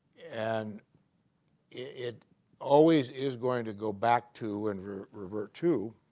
and it always is going to go back to and revert to